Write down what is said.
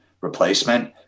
replacement